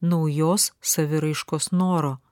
naujos saviraiškos noro